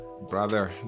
brother